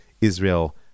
Israel